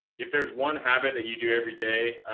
if there's one habit that you do every day,